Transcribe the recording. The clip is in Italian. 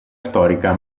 storica